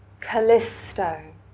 callisto